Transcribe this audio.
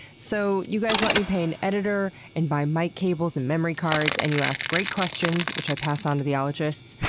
so, you guys let me pay an editor and buy mic cables and memory cards and you ask great questions, which i pass on to the ologists.